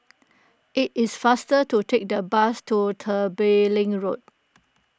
it is faster to take the bus to Tembeling Road